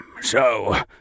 So